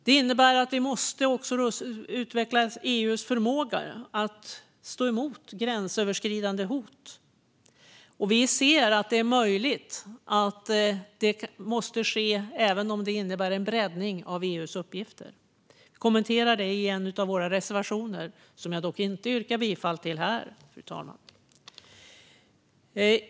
Detta innebär att vi måste utveckla EU:s förmåga att stå emot gränsöverskridande hot. Vi ser att det möjligen måste ske även om det innebär en breddning av EU:s uppgifter. Vi kommenterar det i en av våra reservationer, som jag dock inte yrkar bifall till här, fru talman.